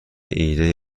ایدهای